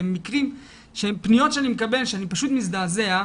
ומקרים של פניות שאני מקבל שאני פשוט מזדעזע,